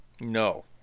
No